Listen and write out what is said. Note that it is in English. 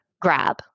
grab